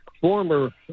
former